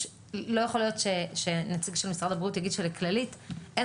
לא יכול להיות שנציג של משרד הבריאות אומר שלכללית אין